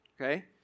Okay